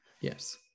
yes